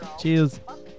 Cheers